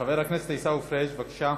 חבר הכנסת עיסאווי פריג', בבקשה.